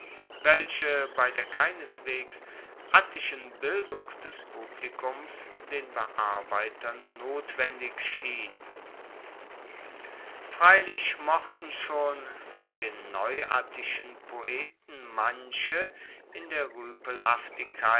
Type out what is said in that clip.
welche bei der keineswegs attischen bildung des publikums den bearbeitern notwendig schien freilich mochten schon von den neuattischen poeten manche in der